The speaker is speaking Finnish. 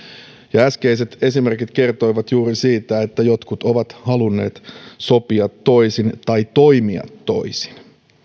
äskeiset esimerkit kertoivat juuri siitä että jotkut ovat halunneet sopia toisin tai toimia toisin